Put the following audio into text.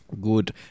Good